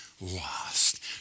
lost